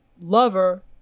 Lover